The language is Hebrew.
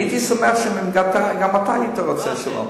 אני הייתי שמח אם גם אתה היית רוצה שלום,